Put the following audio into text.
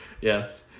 yes